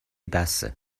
بسه